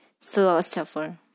philosopher